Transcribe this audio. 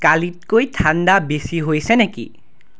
কালিতকৈ ঠাণ্ডা বেছি হৈছে নেকি